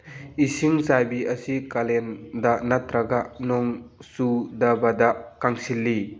ꯏꯁꯤꯡ ꯆꯥꯏꯕꯤ ꯑꯁꯤ ꯀꯥꯂꯦꯟꯗ ꯅꯠꯇ꯭ꯔꯒ ꯅꯣꯡ ꯆꯨꯗꯕꯗ ꯀꯪꯁꯤꯜꯂꯤ